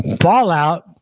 fallout